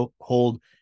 hold